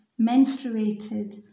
menstruated